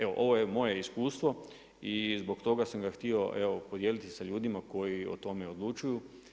Evo ovo je moje iskustvo i zbog toga sam ga htio evo podijeliti sa ljutima koji o tome odlučuju.